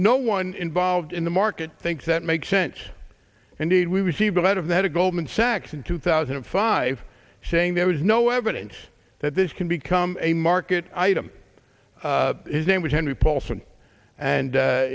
no one involved in the market thinks that makes sense indeed we received a lot of that a golden section two thousand and five saying there was no evidence that this can become a market item his name was henry paulson and